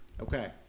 Okay